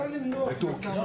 כרגע.